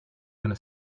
gonna